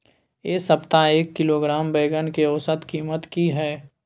ऐ सप्ताह एक किलोग्राम बैंगन के औसत कीमत कि हय?